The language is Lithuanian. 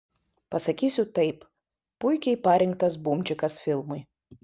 pasakysiu taip puikiai parinktas bumčikas filmui